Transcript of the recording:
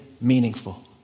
meaningful